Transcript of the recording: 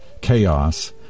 chaos